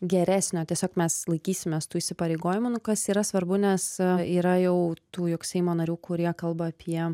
geresnio tiesiog mes laikysimės tų įsipareigojimų nu kas yra svarbu nes yra jau tų juk seimo narių kurie kalba apie